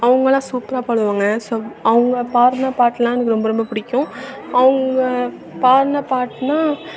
அவங்கள்லாம் சூப்பராக பாடுவாங்க ஸோ அவங்க பாடுன பாட்டு எல்லாம் எனக்கு ரொம்ப ரொம்ப பிடிக்கும் அவங்க பாடுன பாட்டுன்னா